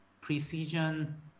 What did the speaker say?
precision